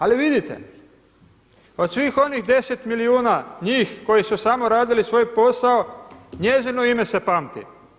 Ali vidite od svih onih 1' milijuna njih koji su samo radili svoj posao, njezino ime se pamti.